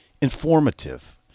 informative